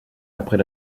après